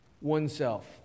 oneself